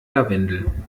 lavendel